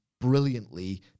brilliantly